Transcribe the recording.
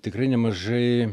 tikrai nemažai